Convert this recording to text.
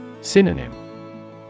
Synonym